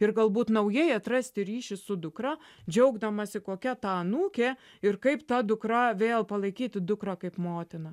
ir galbūt naujai atrasti ryšį su dukra džiaugdamasi kokia ta anūkė ir kaip ta dukra vėl palaikyti dukrą kaip motina